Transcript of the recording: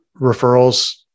referrals